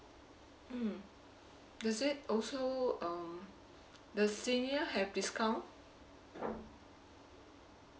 mm does it also um the senior have discount